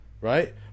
Right